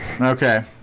Okay